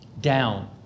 down